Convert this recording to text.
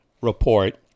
report